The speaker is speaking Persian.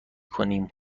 کنیم